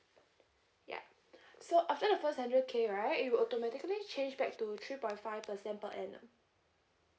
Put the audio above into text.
ya so after the first hundred K right it will automatically change back to three point five percent per annum